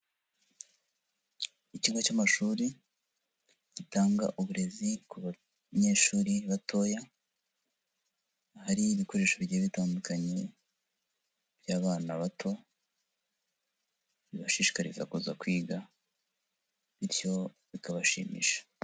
Ikigo cy'amashuri gitanga uburezi ku banyeshuri batoya, hari ibikoresho bigiye bitandukanye by'abana bato bibashishikariza kuza kwiga bityo bikabashimisha.